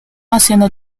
haciendo